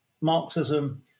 Marxism